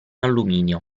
alluminio